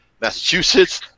Massachusetts